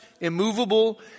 immovable